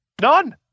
None